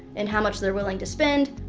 and how much they're willing to spend,